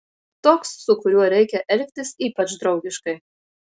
toks su kuriuo reikia elgtis ypač draugiškai